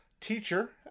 teacher